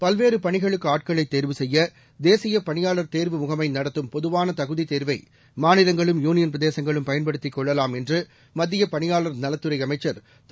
பல்வேறு பணிகளுக்கு ஆட்களை தேர்வு செய்ய தேசிய பணியாளர் தேர்வு முகமை நடத்தும் பொதுவான தகுதித் தேர்வை மாநிலங்களும் யூனியன் பிரதேசங்களும் பயன்படுத்திக் கொள்ளலாம் என்று மத்திய பணியாளர் நலத்துறை அமைச்சர் திரு